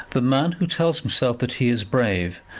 the man who tells himself that he is brave,